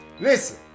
Listen